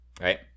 Right